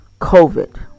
COVID